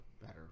better